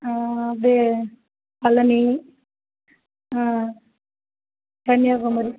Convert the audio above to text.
அப்ட்யே Palani Kanyakumari